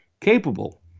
capable